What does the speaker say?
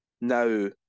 now